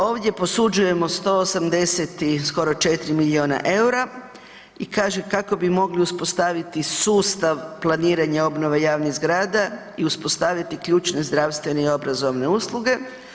Ovdje posuđujemo 180 i skoro 4 miliona EUR-a i kaže kako bi mogli uspostaviti sustav planiranja obnove javnih grada i uspostaviti ključne zdravstvene i obrazovne usluge.